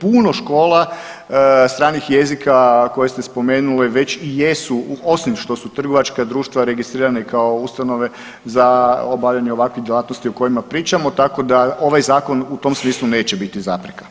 puno škola stranih jezika koje ste spomenuli već i jesu u osim što su trgovačka društva registrirane kao ustanove za obavljanje ovakvih djelatnosti o kojima pričamo, tako da ovaj zakon u tom smislu neće biti zapreka.